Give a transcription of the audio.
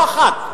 לא אחת,